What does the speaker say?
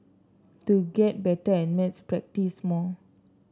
to get better at maths practise more